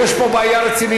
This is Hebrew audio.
יש פה בעיה רצינית.